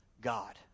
God